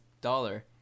dollar